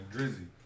Drizzy